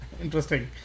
Interesting